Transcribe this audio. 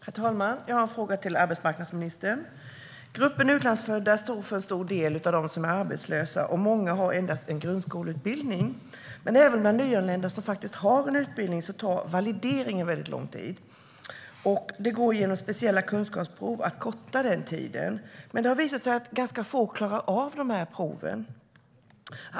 Herr talman! Jag har en fråga till arbetsmarknadsministern. Gruppen utlandsfödda står för en stor del av dem som är arbetslösa. Många har endast en grundskoleutbildning. Men även bland nyanlända som faktiskt har en utbildning tar valideringen lång tid. Det är möjligt att med hjälp av speciella kunskapsprov korta den tiden. Men det har visat sig att få klarar av proven.